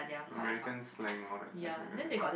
American slang or the I don't remember